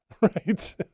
right